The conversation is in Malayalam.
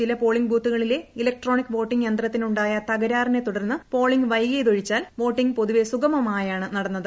ചില പോളിംഗ് ബൂത്തുകളിലെ ഇലക്ട്രോണിക് വോട്ടിംഗ് യന്ത്രത്തിന് ഉ ായ തകരാറിനെ തുടർന്ന് പോളിംഗ് വൈകിയതൊഴി ച്ചാൽ വോട്ടിംഗ് പൊതുവെ സുഗമമായാണ് നടന്നത്